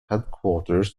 headquarters